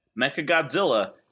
Mechagodzilla